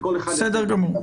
בסדר גמור.